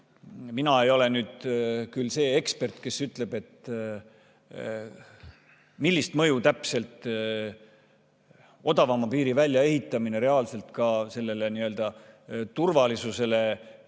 Mina ei ole nüüd küll see ekspert, kes ütleb, millist mõju täpselt odavama piiri väljaehitamine reaalselt sellele turvalisusele